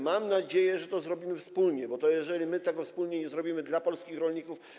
Mam nadzieję, że to zrobimy wspólnie, bo jeżeli tego wspólnie nie zrobimy dla polskich rolników.